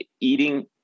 eating